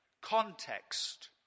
context